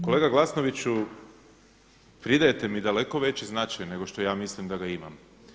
Kolega Glasnoviću pridajte mi daleko veći značaj nego što ja mislim da ga imam.